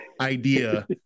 idea